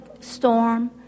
storm